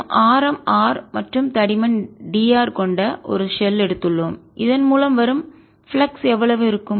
நாம் ஆரம் R மற்றும் தடிமன் d r கொண்ட ஒரு ஷெல் எடுத்து உள்ளோம் இதன் மூலம் வரும் பிளக்ஸ் எவ்வளவு இருக்கும்